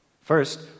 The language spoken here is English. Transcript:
First